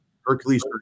Hercules